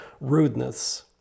rudeness